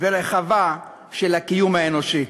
ורחבה של הקיום האנושי".